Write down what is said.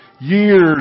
years